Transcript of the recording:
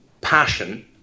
passion